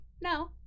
no